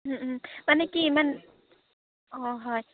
মানে কি ইমান অঁ হয়